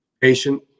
patient